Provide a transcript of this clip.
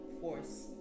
force